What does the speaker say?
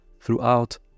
throughout